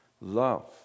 Love